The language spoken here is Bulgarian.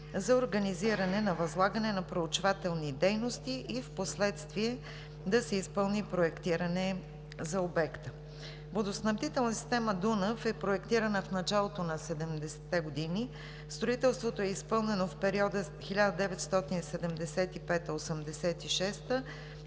за организиране на възлагане на проучвателни дейности и в последствие да се изпълни проектиране за обекта. Водоснабдителна система „Дунав“ е проектирана в началото на 70-те години. Строителството е изпълнено в периода 1975